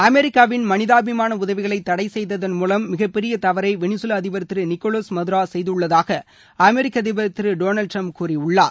அமெரிக்காவின் மனிதாபிமாள உதவிகளை தடை செய்ததன் மூலம் மிகப்பெரிய தவறை வெளிசுலா அதிபர் திரு நிக்கோலஸ் மதுரோ செய்துள்ளதாக அமெரிக்க அதிபர் திரு டொனால்டு டிரம்ப் கூறியுள்ளார்